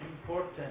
important